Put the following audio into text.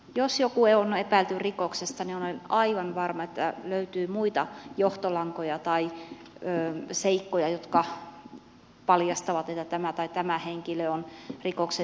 jos joku on epäilty rikoksesta olen aivan varma että löytyy muita johtolankoja tai seikkoja jotka paljastavat että tämä tai tämä henkilö on rikokseen syyllistynyt